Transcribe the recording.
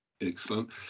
Excellent